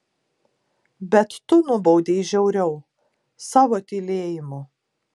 bet tu nubaudei žiauriau savo tylėjimu